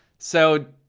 so